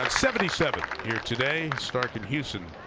seventy seven here today. stark and hewson,